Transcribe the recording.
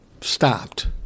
stopped